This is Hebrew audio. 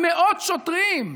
עם מאות שוטרים,